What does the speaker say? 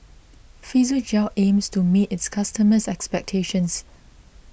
Physiogel aims to meet its customers' expectations